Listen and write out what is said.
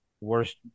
worst